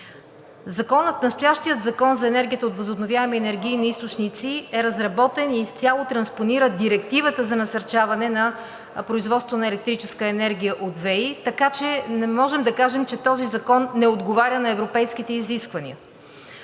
Настоящият Закон за енергията от възобновяеми енергийни източници е разработен и изцяло транспонира Директивата за насърчаване на производство на електрическа енергия от ВЕИ, така че не можем да кажем, че този закон не отговаря на европейските изисквания.